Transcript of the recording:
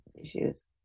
issues